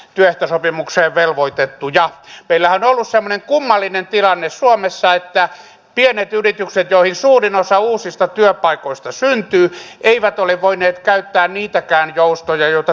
meillähän on ollut semmoinen kummallinen tilanne suomessa että pienet yritykset joihin suurin osa uusista työpaikoista syntyy eivät ole voineet käyttää niitäkään joustoja joita työehtosopimuksissa on